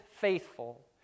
faithful